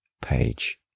page